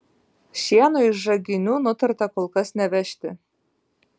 šieno iš žaginių nutarta kol kas nevežti